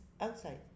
outside